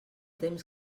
temps